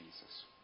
Jesus